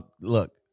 Look